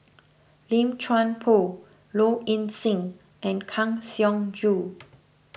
Lim Chuan Poh Low Ing Sing and Kang Siong Joo